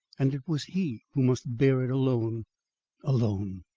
and it was he who must bear it alone alone!